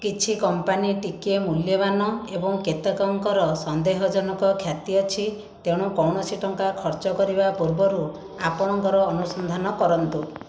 କିଛି କମ୍ପାନୀ ଟିକିଏ ମୂଲ୍ୟବାନ ଏବଂ କେତେକଙ୍କର ସନ୍ଦେହଜନକ ଖ୍ୟାତି ଅଛି ତେଣୁ କୌଣସି ଟଙ୍କା ଖର୍ଚ୍ଚ କରିବା ପୂର୍ବରୁ ଆପଣଙ୍କର ଅନୁସନ୍ଧାନ କରନ୍ତୁ